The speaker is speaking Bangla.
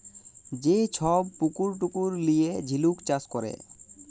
যে ছব পুকুর টুকুর লিঁয়ে ঝিলুক চাষ ক্যরে